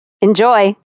Enjoy